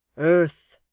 earth,